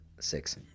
six